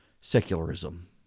secularism